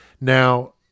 Now